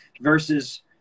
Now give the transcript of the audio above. versus